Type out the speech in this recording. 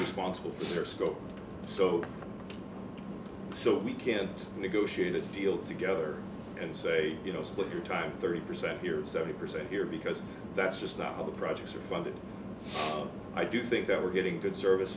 responsible for their scope so so we can negotiate a deal together and say you know split your time thirty percent here or seventy percent here because that's just not how the projects are funded i do think that we're getting good service